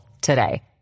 today